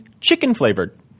chicken-flavored